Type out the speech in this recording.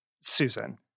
Susan